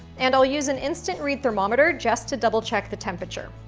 and i'll use an instant read thermometer just to double check the temperature.